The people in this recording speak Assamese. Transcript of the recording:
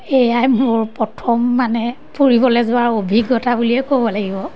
সেয়াই মোৰ প্ৰথম মানে ফুৰিবলৈ যোৱাৰ অভিজ্ঞতা বুলিয়ে ক'ব লাগিব